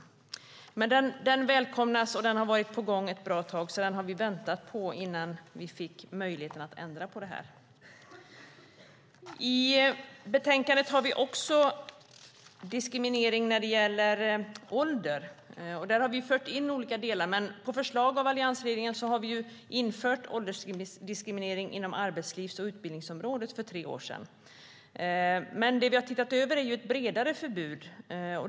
Förändringen välkomnas, och den har varit på gång ett bra tag. Vi hade väntat på att få möjlighet att ändra på detta. I betänkandet tar vi också upp frågan om diskriminering på grund av ålder. Där har vi infört olika delar. På förslag av alliansregeringen införde vi ett förbud mot åldersdiskriminering inom arbetslivs och utbildningsområdet för tre år sedan. Det vi har tittat över är ett bredare förbud.